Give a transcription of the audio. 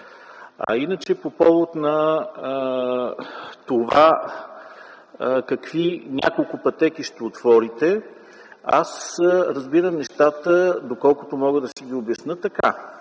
А иначе по повод на това какви няколко пътеки ще отворите, аз разбирам нещата, доколкото мога да си ги обясня, така